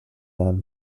then